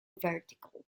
vertical